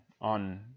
on